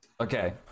Okay